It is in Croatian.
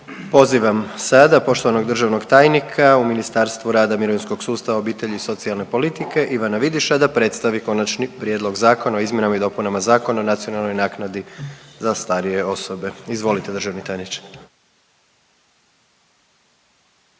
Pozivam sada poštovanog državnog tajnika u Ministarstvu rada, mirovinskog sustava, obitelji i socijalne politike Ivana Vidiša da predstavi Konačni prijedlog zakona o izmjenama i dopunama Zakona o nacionalnoj naknadi za starije osobe, izvolite državni tajniče.